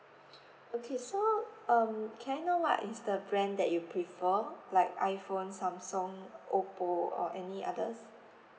okay so um can I know what is the brand that you prefer like iphone samsung oppo or any others